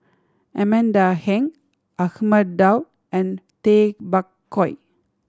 Amanda Heng Ahmad Daud and Tay Bak Koi